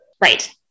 right